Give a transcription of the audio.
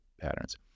patterns